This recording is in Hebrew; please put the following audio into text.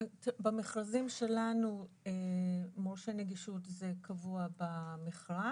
במכרזים שלנו מורשה נגישות זה קבוע במכרז.